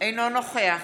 אינו נוכח